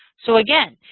so again,